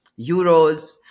euros